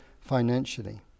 financially